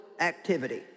activity